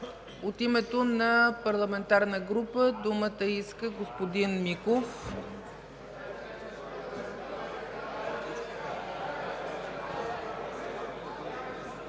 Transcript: От името на парламентарна група думата иска господин Миков.